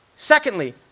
Secondly